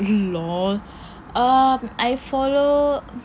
LOL err I follow